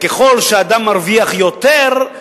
וככל שאדם מרוויח יותר,